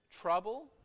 trouble